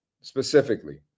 specifically